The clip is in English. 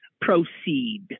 proceed